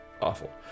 Awful